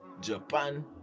japan